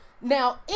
Now